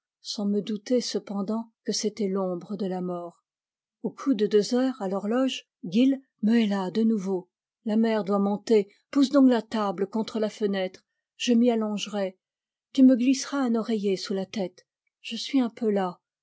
sans me douter cependant que c'était l'ombre de la mort au coup de deux heures à l'horloge guill me héla de nouveau la mer doit monter pousse donc la table contre la fenêtre je m'y allongerai tu me glisseras un oreiller sous la tête je suis un peu las